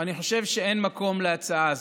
אני חושב שאין מקום להצעה הזאת.